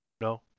No